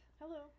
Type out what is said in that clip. Hello